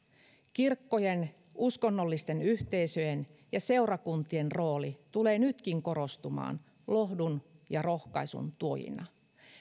kirkkojen uskonnollisten yhteisöjen ja seurakuntien rooli tulee nytkin korostumaan lohdun ja rohkaisun tuojana